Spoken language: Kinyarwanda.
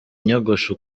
nyogosho